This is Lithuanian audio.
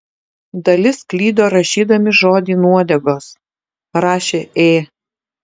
dalis klydo rašydami žodį nuodegos rašė ė